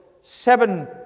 seven